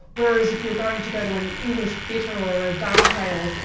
whereas if you were going to go to an english bitter or a dark ale,